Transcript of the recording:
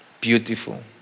beautiful